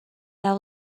that